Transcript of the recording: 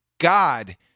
God